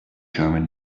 german